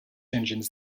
engines